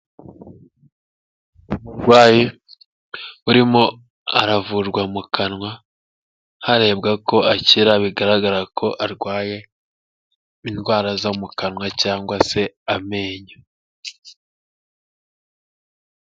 Umurwayi urimo aravurwa mu kanwa harebwa ko akira, bigaragara ko arwaye indwara zo mu kanwa cyangwa se amenyo.